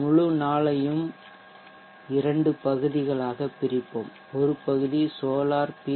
முழு நாளையும் இரண்டு பகுதிகளாகப் பிரிப்போம் ஒரு பகுதி சோலார் பி